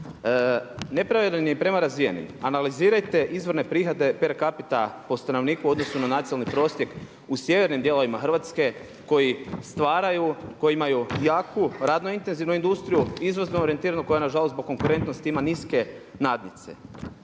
nepravedan je i prema razvijenim. Analizirajte izvorne prihode per capita po stanovnika u odnosu na nacionalni prosjek u sjevernim dijelovima Hrvatske koji stvaraju koji imaju jaku radno intenzivnu industriju, izvozno orijentiranu koja je nažalost zbog konkurentnosti ima niske nadnice.